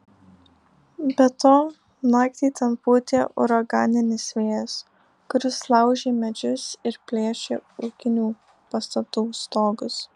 be to naktį ten pūtė uraganinis vėjas kuris laužė medžius ir plėšė ūkinių pastatų stogus